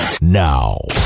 now